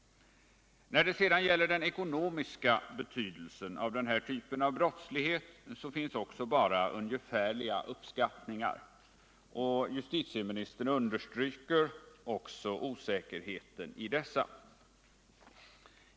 När det gäller den ekonomiska betydelsen av den här typen av brottslighet finns det ävenledes bara ungefärliga uppskattningar, och justitieministern understryker också osäkerheten i dessa.